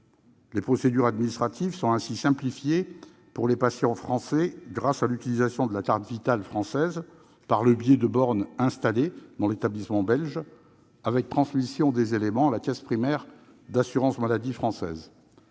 Les procédures administratives sont ainsi simplifiées pour les patients français grâce à l'utilisation de la carte Vitale française des bornes installées dans l'établissement belge, avec transmission des éléments à la CPAM française. Pour les patients